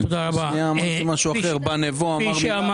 אחרי שאני ישבתי עליך ואתה ישבת